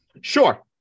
Sure